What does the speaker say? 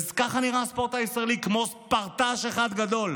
וככה נראה הספורט הישראלי, כמו פרטאץ' אחד גדול.